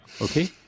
Okay